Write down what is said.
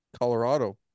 Colorado